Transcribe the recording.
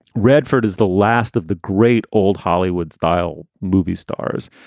redford is the last of the great old hollywood style movie stars.